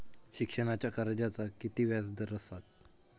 शिक्षणाच्या कर्जाचा किती व्याजदर असात?